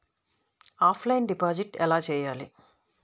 Offline deposit ఎలా చేయాలి?